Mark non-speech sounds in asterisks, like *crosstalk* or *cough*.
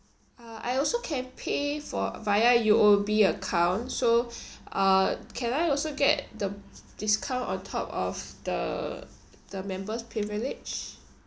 uh I also can pay for via U_O_B account so *breath* uh can I also get the discount on top of the the members privilege